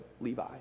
Levi